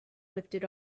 lifted